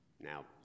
now